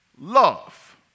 love